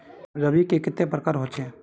रवि के कते प्रकार होचे?